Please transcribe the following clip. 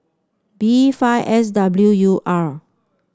B five S W U R